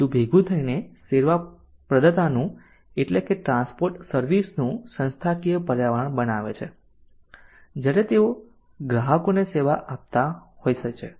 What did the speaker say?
આ અધૂ ભેગું થઇ ને સેવા પ્રદાતા નું એટલે કે ટ્રાન્સપોર્ટ સર્વિસ નું સંસ્થાકીય પર્યાવરણ બનાવે છે જ્યારે તેવો ગ્રાહકો ને સેવા આપતા હોઈ છે